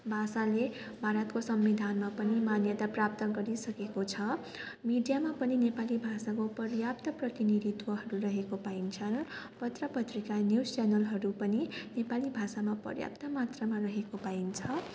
भाषाले भारतको संविधानमा पनि मान्यता प्राप्त गरिसकेको छ मिडियामा पनि नेपाली भाषाको पर्याप्त प्रतिनिधित्वहरू रहेको पाइन्छ पत्र पत्रिका न्युज च्यानलहरू पनि नेपाली भाषामा पर्याप्त मात्रमा रहेको पाइन्छ